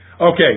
Okay